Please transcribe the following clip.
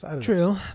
true